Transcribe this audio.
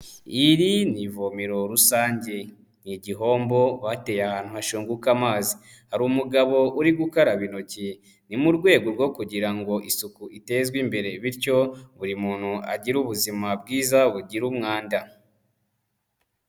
Iri ni ivomero rusange, ni igihombo bateye ahantu hashunguka amazi, hari umugabo uri gukaraba intoki, ni mu rwego rwo kugira ngo isuku itezwe imbere bityo buri muntu agire ubuzima bwiza bugira umwanda.